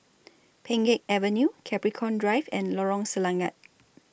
Pheng Geck Avenue Capricorn Drive and Lorong Selangat